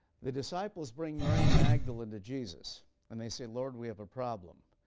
the disciples bring mary magdalene to jesus and they say, lord, we have a problem.